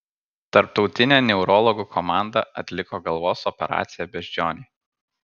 tarptautinė neurologų komanda atliko galvos operaciją beždžionei